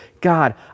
God